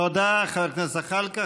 תודה, חבר הכנסת זחאלקה.